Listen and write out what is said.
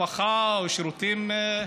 הרווחה והשירותים,